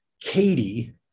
Katie